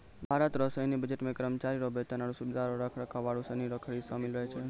भारत रो सैन्य बजट मे करमचारी रो बेतन, आरो सुबिधा रो रख रखाव आरू सनी रो खरीद सामिल रहै छै